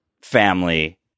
family